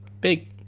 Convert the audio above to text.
big